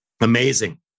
Amazing